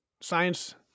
science